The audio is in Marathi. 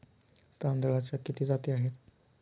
तांदळाच्या किती जाती आहेत?